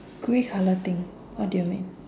grey colour thing what do you mean